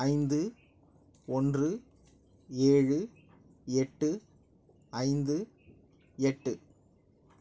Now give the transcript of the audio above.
ஐந்து ஒன்று ஏழு எட்டு ஐந்து எட்டு